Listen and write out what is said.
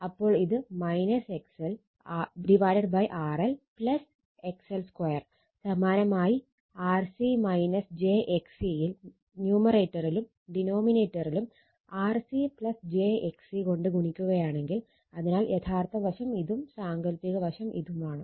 അപ്പോൾ ഇത് XLRL XL2 സമാനമായി RC j XC ൽ ന്യൂമറേറ്ററിലും ഡിനോമിനേറ്ററിലും RC j XC കൊണ്ട് ഗുണിക്കുകയാണെങ്കിൽ അതിനാൽ യഥാർത്ഥ വശം ഇതും സാങ്കൽപ്പിക വശം ഇതുമാണ്